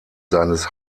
seines